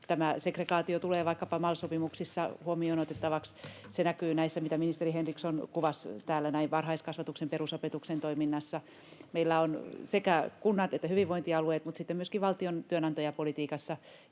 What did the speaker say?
segregaatio tulee vaikkapa MAL-sopimuksissa huomioon otettavaksi. Se näkyy, mitä ministeri Henriksson kuvasi, varhaiskasvatuksen ja perusopetuksen toiminnassa. Meillä on sekä kunnissa että hyvinvointialueilla mutta sitten myöskin valtion työnantajapolitiikassa